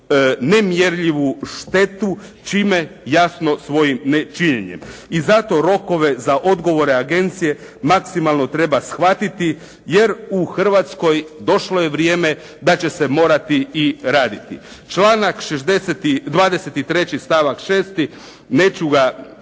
nemjerljivu štetu čime jasno svojim nečinjenjem. I zato rokove za odgovore agencije maksimalno treba shvatiti, jer u Hrvatskoj došlo je vrijeme da će se morati i raditi. Članak 23. stavak 6. neću ga